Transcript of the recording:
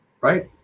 right